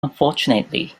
unfortunately